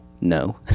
No